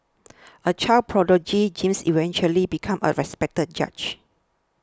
a child prodigy James eventually became a respected judge